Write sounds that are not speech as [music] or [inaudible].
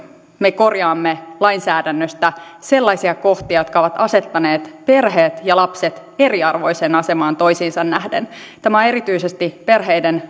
me korjaamme lainsäädännöstä sellaisia kohtia jotka ovat asettaneet perheet ja lapset eriarvoiseen asemaan toisiinsa nähden tämä on erityisesti perheiden [unintelligible]